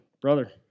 brother